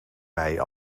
mij